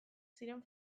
ziren